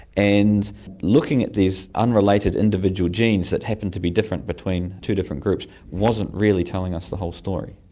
and looking at these unrelated individual genes that happened to be different between two different groups wasn't really telling us the whole story.